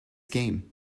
game